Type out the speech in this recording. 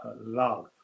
love